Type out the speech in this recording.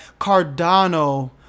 Cardano